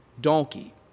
donkey